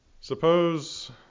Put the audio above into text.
Suppose